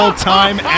all-time